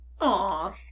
Aw